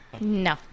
No